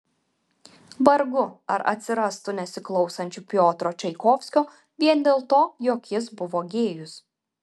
vargu ar atsirastų nesiklausančių piotro čaikovskio vien dėl to jog jis buvo gėjus